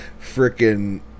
freaking